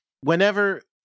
whenever